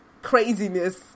Craziness